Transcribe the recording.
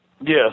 Yes